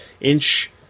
inch